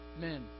men